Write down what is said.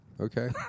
Okay